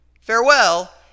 Farewell